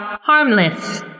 Harmless